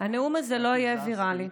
הנאום הזה לא יהיה ויראלי.